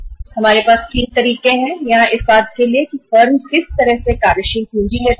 जब हम मोड की बात करते हैं तो हमारे पास 3 मोड है तो फर्म बैंक से कैसे कार्यशील पूंजी लेती है